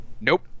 Nope